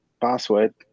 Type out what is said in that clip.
password